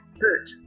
hurt